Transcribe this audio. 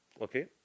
Okay